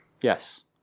Yes